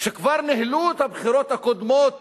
שכבר ניהלו את הבחירות הקודמות